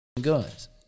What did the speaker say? guns